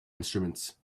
instruments